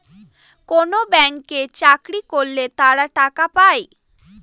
কোনো ব্যাঙ্কে চাকরি করলে তারা টাকা পায়